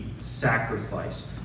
sacrifice